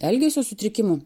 elgesio sutrikimų